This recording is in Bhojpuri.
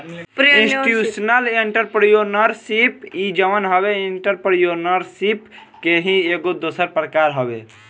इंस्टीट्यूशनल एंटरप्रेन्योरशिप इ जवन ह एंटरप्रेन्योरशिप के ही एगो दोसर प्रकार हवे